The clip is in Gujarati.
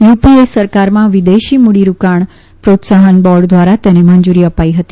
યુપીએ સરકારમાં વિદેશી મૂડીરોકાણ પ્રોત્સાહન બોર્ડ દ્વારા તેને મંજૂરી અપાઇ હતી